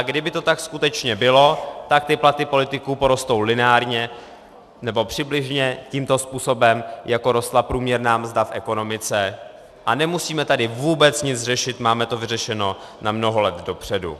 Kdyby to tak skutečně bylo, tak platy politiků porostou lineárně, nebo přibližně tímto způsobem, jako rostla průměrná mzda v ekonomice, a nemusíme tady vůbec nic řešit, máme to vyřešeno na mnoho let dopředu.